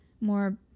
more